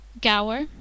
Gower